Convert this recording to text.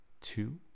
two